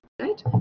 right